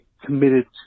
committed